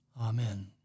Amen